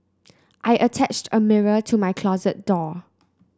I attached a mirror to my closet door